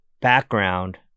background